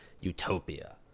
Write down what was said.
utopia